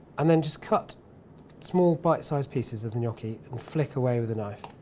and then, just cut small bite sized pieces of gnocchi and flick away with a knife.